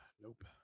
nope